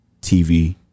tv